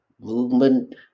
movement